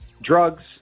drugs